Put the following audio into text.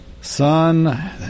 son